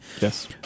yes